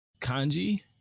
Kanji